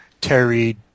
Terry